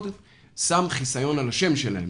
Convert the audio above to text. שם חיסיון על השם שלהם.